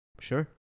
sure